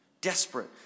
desperate